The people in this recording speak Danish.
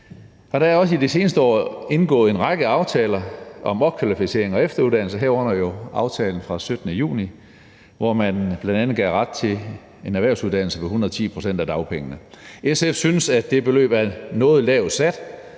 Der er også i de seneste år indgået en række aftaler om opkvalificering og efteruddannelse, herunder aftalen fra den 17. juni, hvor man bl.a. skal have ret til en erhvervsuddannelse på 110 pct. af dagpengene. SF synes, at det beløb er noget lavt sat,